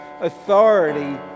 authority